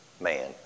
man